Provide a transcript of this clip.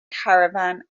caravan